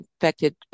infected